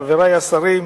חברי השרים,